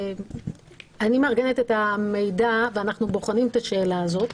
אני מארגנת את המידע ואנחנו בוחנים את השאלה הזאת,